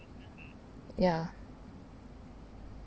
ya